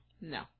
No